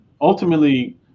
ultimately